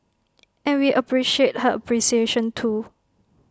and we appreciate her appreciation too